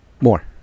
More